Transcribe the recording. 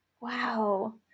Wow